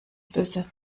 böse